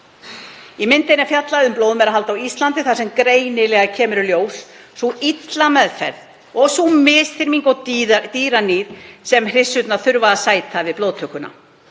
Í myndinni er fjallað um blóðmerahald á Íslandi þar sem greinilega kemur í ljós sú illa meðferð, misþyrming og dýraníð sem hryssurnar þurfa að sæta við blóðtökuna.